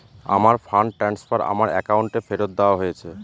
আমার fund transfer আমার অ্যাকাউন্টে ফেরত দেওয়া হয়েছে